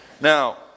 now